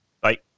Bye